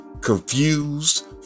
confused